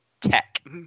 tech